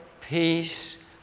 peace